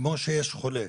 כמו שיש חולה,